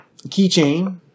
keychain